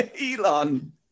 Elon